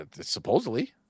Supposedly